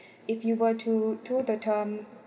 if you were to to the term